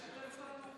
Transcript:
יש פה ברכה,